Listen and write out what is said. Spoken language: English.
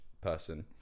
person